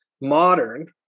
modern